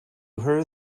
her